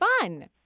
fun